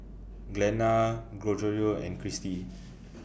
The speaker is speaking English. Glenna Gregorio and Christi